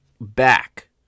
back